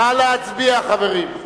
נא להצביע, חברים.